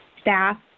staff